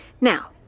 Now